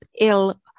ill